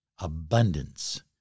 abundance